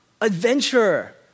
adventure